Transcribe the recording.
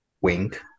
wink